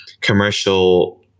commercial